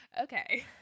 Okay